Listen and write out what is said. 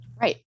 Right